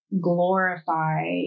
glorify